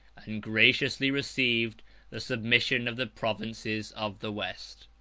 and graciously received the submission of the provinces of the west.